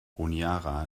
honiara